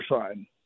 sign